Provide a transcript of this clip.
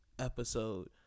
episode